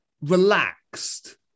relaxed